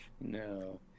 No